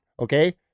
Okay